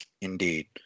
Indeed